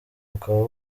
bukaba